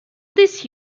these